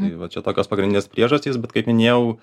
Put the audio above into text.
tai va čia tokios pagrindinės priežastys bet kaip minėjau